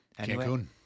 Cancun